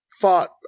fought